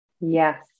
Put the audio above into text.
Yes